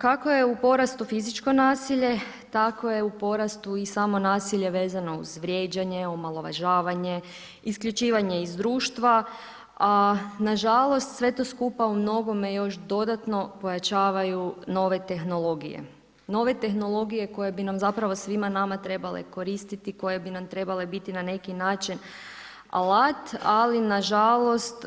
Kako je u porastu fizičko nasilje, tako je u porastu i samo nasilje vezano uz vrijeđanje, omalovažavanje, isključivanje iz društva, a nažalost sve to skupa u mnogome još dodatno pojačavaju nove tehnologije, nove tehnologije koje bi nam zapravo svima nama trebale koristiti, koje bi nam trebale biti na neki način alat, ali nažalost